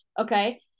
Okay